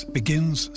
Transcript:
begins